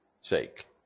sake